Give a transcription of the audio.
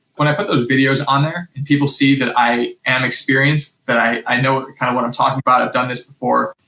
when i put those videos on there, and people see that i am experienced, that i know what kind of what i'm talking about, i've done this before,